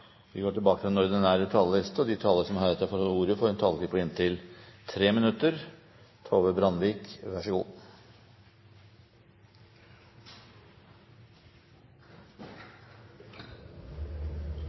vi kommet til Stortinget med den. Replikkordskiftet er over. De talere som heretter får ordet, har en taletid på inntil 3 minutter.